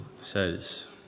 says